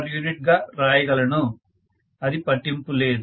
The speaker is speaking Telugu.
u గా రాయగలను అది పట్టింపు లేదు